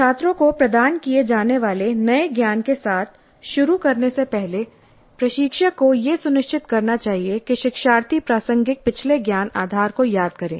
छात्रों को प्रदान किए जाने वाले नए ज्ञान के साथ शुरू करने से पहले प्रशिक्षक को यह सुनिश्चित करना चाहिए कि शिक्षार्थी प्रासंगिक पिछले ज्ञान आधार को याद करें